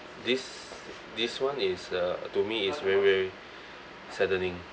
this this one is uh to me is very very saddening